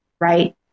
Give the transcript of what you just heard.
right